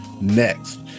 next